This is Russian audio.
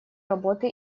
работы